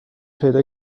پیدا